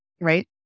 right